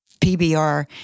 PBR